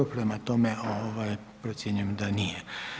Prema tome, procjenjujem da nije.